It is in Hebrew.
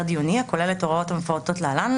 דיוני הכולל את ההוראות המפורטות להלן.